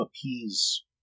appease